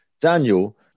Daniel